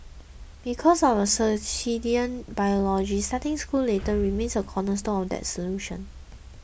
because of our circadian biology starting school later remains a cornerstone of that solution